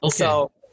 Okay